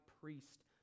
priest